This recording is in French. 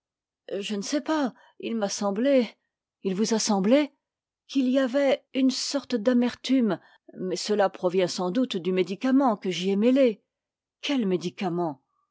je ne sais pas il m'a semblé il vous a semblé qu'il y avait une sorte d'amertume mais cela provient sans doute du médicament que j'y ai mêlé quel médicament